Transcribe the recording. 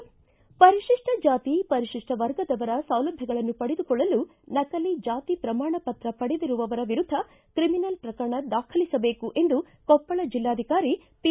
ಪರಿಶಿಷ್ಸ ಜಾತಿ ಪರಿಶಿಷ್ಸ ವರ್ಗದವರ ಸೌಲಭ್ಯಗಳನ್ನು ಪಡೆದುಕೊಳ್ಳಲು ನಕಲಿ ಜಾತಿ ಪ್ರಮಾಣ ಪತ್ರ ಪಡೆದಿರುವವರ ವಿರುದ್ದ ಕ್ರಿಮಿನಲ್ ಪ್ರಕರಣ ದಾಖಲಿಸಬೇಕು ಎಂದು ಕೊಪ್ಪಳ ಜಿಲ್ಲಾಧಿಕಾರಿ ಪಿ